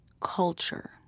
culture